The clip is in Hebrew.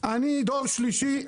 אני דור שלישי,